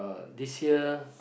this year